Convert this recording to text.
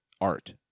art